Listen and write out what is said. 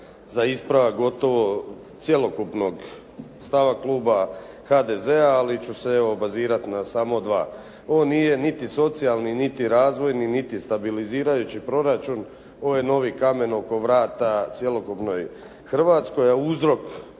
za ispravak gotovo cjelokupnog stava kluba HDZ-a, ali ću se evo bazirati na samo dva. Ovo nije niti socijalni, niti razvojni, niti stabilizirajući proračun. Ovo je novi kamen oko vrata cjelokupnoj Hrvatskoj, a uzrok